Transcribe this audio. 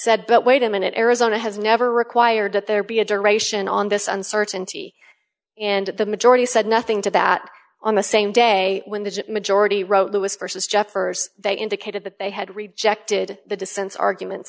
said but wait a minute arizona has never required that there be a duration on this uncertainty and the majority said nothing to that on the same day when the majority wrote lewis versus jeffers they indicated that they had rejected the dissents arguments